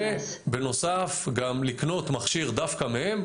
ובנוסף גם לקנות מכשיר דווקא מהם.